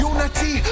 Unity